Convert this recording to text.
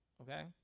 okay